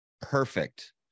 perfect